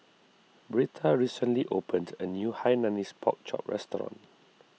Britta recently opened a new Hainanese Pork Chop restaurant